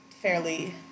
fairly